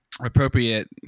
Appropriate